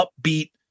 upbeat